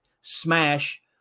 smash